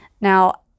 Now